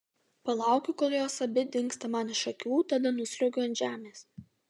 palaukiu kol jos abi dingsta man iš akių tada nusliuogiu ant žemės